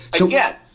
Again